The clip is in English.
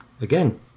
again